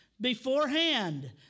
beforehand